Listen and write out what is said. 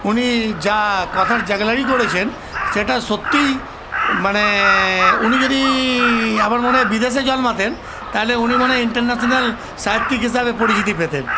উনি যা কথার জ্যাগলারি করেছেন সেটা সত্যিই মানে উনি যদি আমার মনে হয় বিদেশে জন্মাতেন তাহলে উনি মনে হয় ইন্টারন্যাশানাল সাহিত্যিক হিসাবে পরিচিতি পেতেন